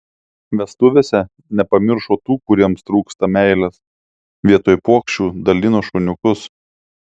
vestuvėse nepamiršo tų kuriems trūksta meilės vietoj puokščių dalino šuniukus